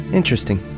interesting